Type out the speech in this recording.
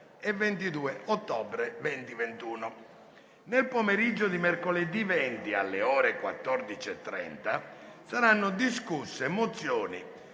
e 22 ottobre 2021. Nel pomeriggio di mercoledì 20, alle ore 14,30, saranno discusse mozioni